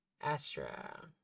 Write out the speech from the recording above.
Astra